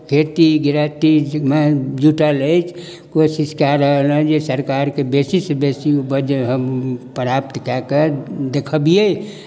खेती गृहस्थीमे जुटल अछि कोशिश कए रहलहेँ जे सरकारके बेशीसँ बेशी उपज हम प्राप्त कए कऽ देखबियै